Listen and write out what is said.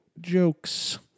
jokes